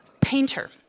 painter